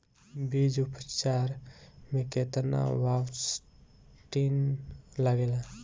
बीज उपचार में केतना बावस्टीन लागेला?